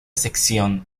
sección